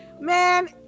man